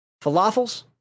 falafels